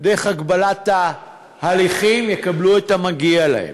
ודרך הגבלת ההליכים יקבלו את המגיע להם.